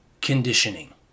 conditioning